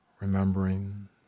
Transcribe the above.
remembering